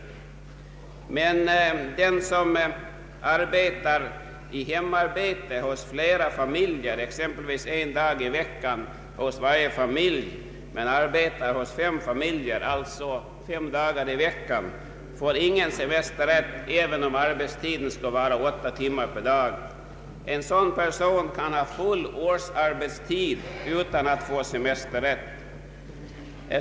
Den som arbetar i hemarbete hos flera familjer, exempelvis en dag i veckan hos varje familj men hos fem familjer — alltså fem dagar i veckan — får ingen semesterrätt även om arbetstiden skulle vara åtta timmar per dag. En sådan person kan ha full årsarbetstid utan att få semesterrätt.